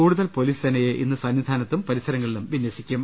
കൂടുതൽ പൊലീസ് സേനയെ ഇന്ന് സന്നിധാനത്തും പരിസരങ്ങളിലും വിന്യസിക്കും